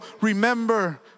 remember